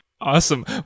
Awesome